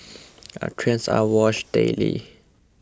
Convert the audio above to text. our trains are washed daily